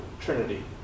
trinity